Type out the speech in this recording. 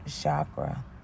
chakra